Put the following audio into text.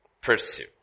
Pursue